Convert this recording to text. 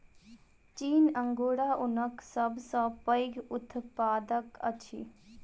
चीन अंगोरा ऊनक सब सॅ पैघ उत्पादक अछि